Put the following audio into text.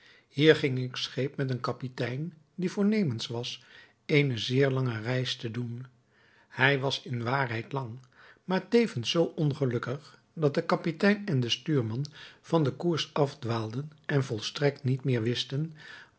hier ging ik scheep met een kapitein die voornemens was eene zeer lange reis te doen zij was in waarheid lang maar tevens zoo ongelukkig dat de kapitein en de stuurman van den koers afdwaalden en volstrekt niet meer wisten